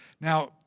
Now